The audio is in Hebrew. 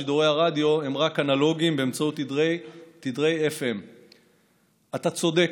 שידורי הרדיו הם רק אנלוגיים באמצעות תדרי FM. אתה צודק.